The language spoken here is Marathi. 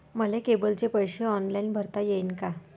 मले केबलचे पैसे ऑनलाईन भरता येईन का?